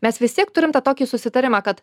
mes vis tiek turim tą tokį susitarimą kad